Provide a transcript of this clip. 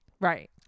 Right